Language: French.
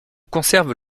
conserve